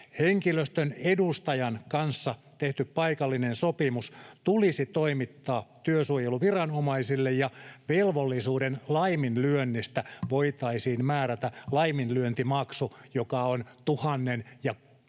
Henkilöstön edustajan kanssa tehty paikallinen sopimus tulisi toimittaa työsuojeluviranomaisille, ja velvollisuuden laiminlyönnistä voitaisiin määrätä laiminlyöntimaksu, joka on 1 000